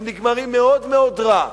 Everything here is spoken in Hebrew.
הם נגמרים מאוד מאוד רע.